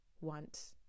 want